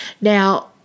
Now